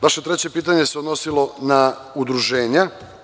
Vaše treće pitanje se odnosilo na udruženja.